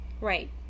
Right